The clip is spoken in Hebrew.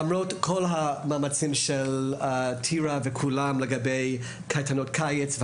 למרות המאמצים של טירה וכולם לגבי קייטנות קיץ,